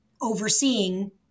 overseeing